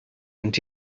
and